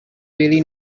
really